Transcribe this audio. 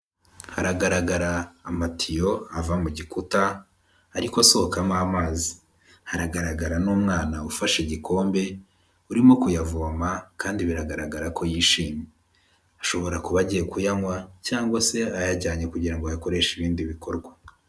Haragaragara amatiyo ava mu gikuta ariko asohokamo amazi, hagaragara n'umwana ufashe igikombe urimo kuyavoma kandi biragaragara ko yishimye, ashobora kuba agiye kuyanywa cyangwa se ayajyanye kugira ngo ayakoreshe ibindi bikorwa.